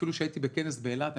אפילו כשהייתי בכנס באילת,